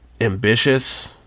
Ambitious